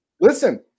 listen